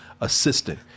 assistant